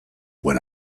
when